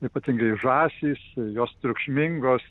ypatingai žąsys jos triukšmingos